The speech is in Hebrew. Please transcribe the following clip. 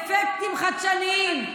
אפקטים חדשניים,